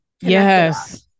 Yes